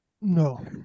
No